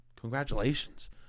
Congratulations